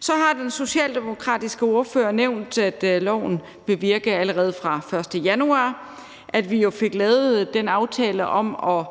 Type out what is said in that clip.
Så har den socialdemokratiske ordfører nævnt, at loven vil virke allerede fra den 1. januar, at vi jo fik lavet den aftale om at